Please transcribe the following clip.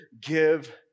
give